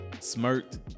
smirked